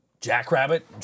Jackrabbit